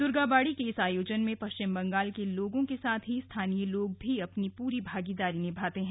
दुर्गा बाड़ी के इस आयोजन में पश्चिम बंगाल के लोगों के साथ स्थानीय लोग भी अपनी पूरी भागीदारी निभाते हैं